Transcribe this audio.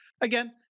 again